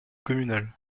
communale